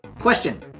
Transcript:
Question